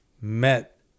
met